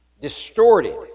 distorted